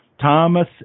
Thomas